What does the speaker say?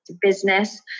business